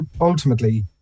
ultimately